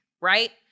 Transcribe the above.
right